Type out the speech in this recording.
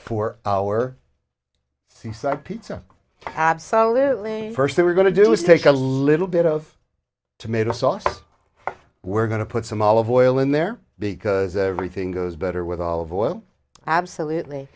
for our seaside pizza absolutely first they were going to do is take a little bit of tomato sauce we're going to put some olive oil in there because everything goes better with olive oil absolutely